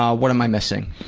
um what am i missing?